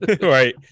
right